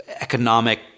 economic